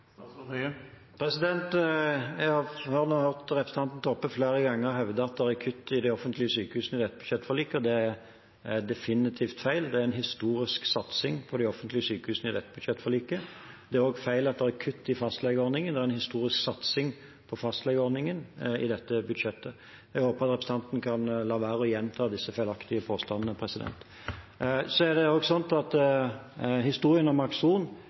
Jeg har flere ganger hørt representanten Toppe hevde at det er kutt i de offentlige sykehusene i dette budsjettforliket. Det er definitivt feil. Det er en historisk satsing på de offentlige sykehusene i dette budsjettforliket. Det er også feil at det er kutt i fastlegeordningen. Det er en historisk satsing på fastlegeordningen i dette budsjettet. Jeg håper representanten kan la være å gjenta disse feilaktige påstandene. Historien om Akson: Akson er et prosjekt som er sterkt etterlengtet av dem som jobber i de kommunale helse- og